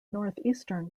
northeastern